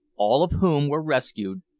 all of whom were rescued,